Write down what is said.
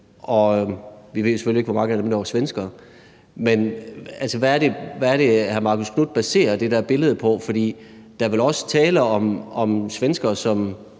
Vi ved selvfølgelig ikke, hvor mange af dem der var svenskere. Men hvad er det, hr. Marcus Knuth baserer det der billede på? For der er vel også tale om svenskere, som